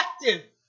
effective